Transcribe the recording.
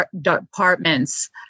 departments